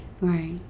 right